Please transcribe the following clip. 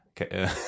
Okay